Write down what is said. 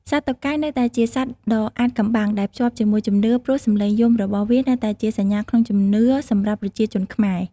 សត្វតុកែនៅតែជាសត្វដ៏អាថ៌កំបាំងដែលភ្ជាប់ជាមួយជំនឿ ព្រោះសំឡេងយំរបស់វានៅតែជាសញ្ញាក្នុងជំនឿសម្រាប់ប្រជាជនខ្មែរ។